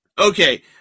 Okay